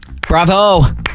Bravo